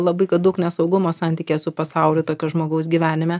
labai kad daug nesaugumo santykyje su pasauliu tokio žmogaus gyvenime